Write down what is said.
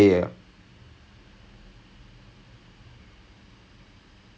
uh no not by the play what was demanded of of them